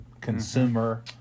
consumer